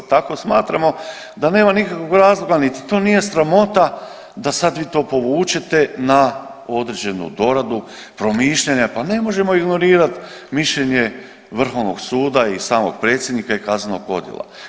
Tako smatramo da nema nikakvog razloga niti to nije sramota da sad vi to povučete na određenu doradu, promišljanja pa ne možemo ignorirat mišljenje vrhovnog suda i samog predsjednika i kaznenog odjela.